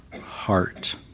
heart